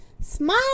Smile